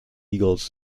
eagles